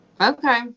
Okay